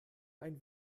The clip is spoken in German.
ein